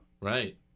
Right